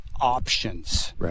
options